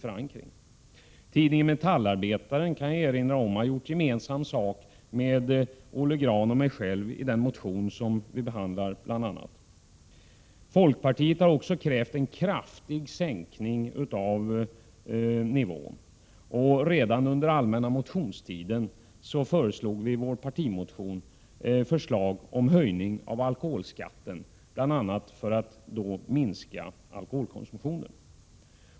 Jag kan erinra om att tidningen Metallarbetaren har gjort gemensam sak med Olle Grahn och mig när det gäller den motion i ämnet som han och jag har skrivit. Även folkpartiet har krävt en kraftig sänkning av nivån. Redan under allmänna motionstiden föreslog folkpartiet i sin partimotion en höjning av alkoholskatten, bl.a. för att alkoholkonsumtionen skall kunna minskas.